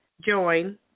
join